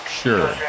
sure